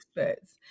experts